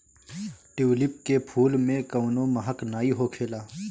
tulip के फूल में कवनो महक नाइ होखेला